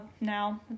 now